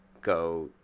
go